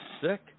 sick